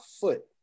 foot